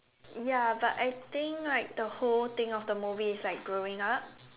ya but I think like the whole thing of the movie is like growing up